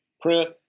print